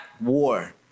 war